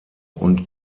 und